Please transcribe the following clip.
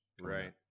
Right